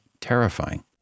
terrifying